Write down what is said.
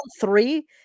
three